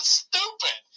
stupid